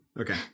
okay